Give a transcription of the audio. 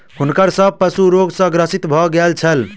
हुनकर सभ पशु रोग सॅ ग्रसित भ गेल छल